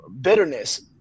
bitterness